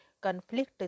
conflict